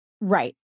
Right